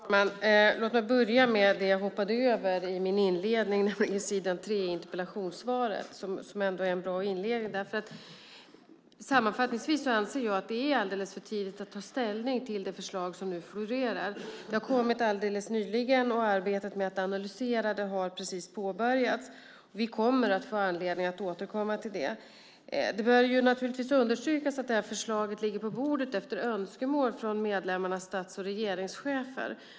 Herr talman! Låt mig börja med det jag hoppade över på s. 3 i interpellationssvaret, som ändå är en bra inledning. Sammanfattningsvis anser jag att det är alldeles för tidigt att ta ställning till det förslag som nu florerar. Det har kommit alldeles nyligen. Arbetet med att analysera det har precis påbörjats. Vi kommer att få anledning att återkomma till det. Det bör understrykas att förslaget ligger på bordet efter önskemål från medlemmarnas stats och regeringschefer.